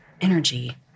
energy